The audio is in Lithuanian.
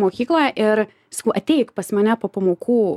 mokykloje ir sakau ateik pas mane po pamokų